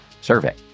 survey